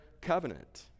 covenant